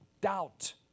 doubt